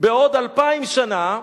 בעוד 2,000 שנה,